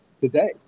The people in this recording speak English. today